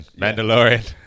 Mandalorian